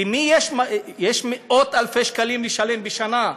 למי יש מאות-אלפי שקלים לשלם בשנה?